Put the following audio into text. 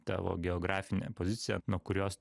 tavo geografinę poziciją nuo kurios